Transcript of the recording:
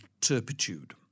turpitude